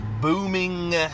booming